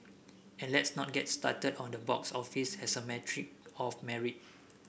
and let's not get started on the box office as a metric of merit